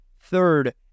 third